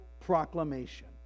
proclamation